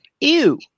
ew